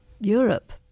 Europe